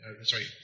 Sorry